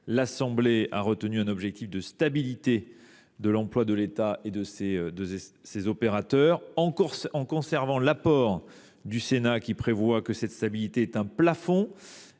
nationale a retenu un objectif de stabilité de l’emploi de l’État et de ses opérateurs, en conservant l’apport du Sénat, qui prévoit que cette stabilité est un plafond,